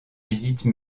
visite